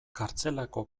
kartzelako